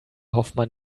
hoffmann